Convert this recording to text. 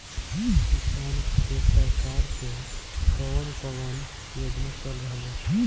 किसान खातिर सरकार क कवन कवन योजना चल रहल बा?